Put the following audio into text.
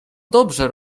dobrze